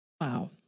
wow